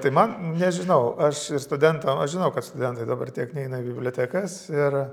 tai man nežinau aš ir studentam aš žinau kad studentai dabar tiek neina į bibliotekas ir